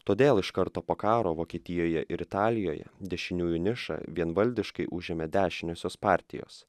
todėl iš karto po karo vokietijoje ir italijoje dešiniųjų nišą vienvaldiškai užėmė dešiniosios partijos